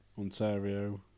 Ontario